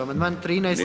Amandman 13.